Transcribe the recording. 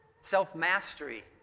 self-mastery